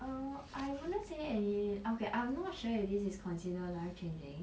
err I wouldn't say any okay I'm not sure if this is consider life changing